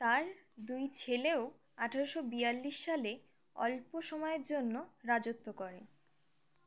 তার দুই ছেলেও আঠেরোশো বিয়াল্লিশ সালে অল্প সময়ের জন্য রাজত্ব করে